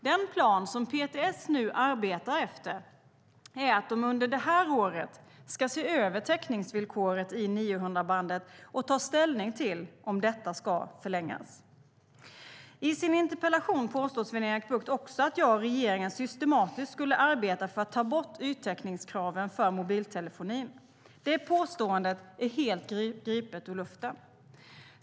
Den plan som PTS nu arbetar efter är att de under det här året ska se över täckningsvillkoret i 900-bandet och ta ställning till om detta ska förlängas. I sin interpellation påstår Sven-Erik Bucht också att jag och regeringen systematiskt skulle arbeta för att ta bort yttäckningskraven för mobiltelefonin. Det påståendet är helt gripet ur luften.